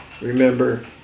remember